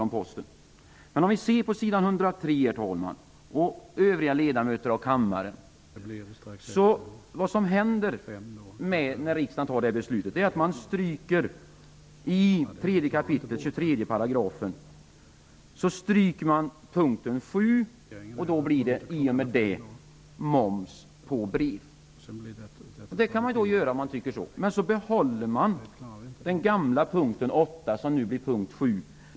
På sidan 103 i betänkandet kan vi se att det som händer när riksdagen fattar detta beslut är att man stryker punkt 7 i 3 kap. 23 § i lagen. I och med det blir det moms på brev. Det kan man göra om man tycker så. Men man behåller den gamla punkten 8, som nu blir punkt 7.